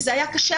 וזה היה קשה,